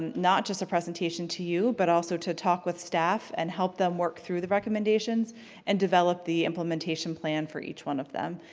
not just a presentation to you but also to talk with staff and help them work through the recommendations and develop the implementation plan for each one of them.